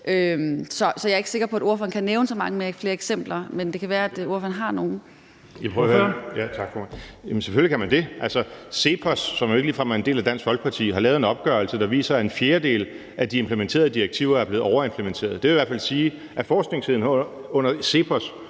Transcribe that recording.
Lahn Jensen): Ordføreren. Kl. 11:41 Morten Messerschmidt (DF): Tak, formand. Selvfølgelig er der det. CEPOS, som jo ikke ligefrem er en del af Dansk Folkeparti, har lavet en opgørelse, der viser, at en fjerdedel af de implementerede direktiver er blevet overimplementeret. Det vil i hvert fald sige, at forskningsenheden under CEPOS